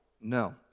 No